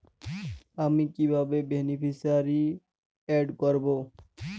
আমি কিভাবে beneficiary add করব?